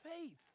faith